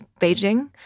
Beijing